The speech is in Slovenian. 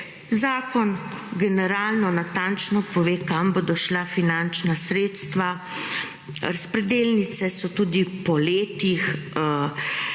zakon generalno natančno pove kam bodo šla finančna sredstva. Razpredelnice so tudi po letih.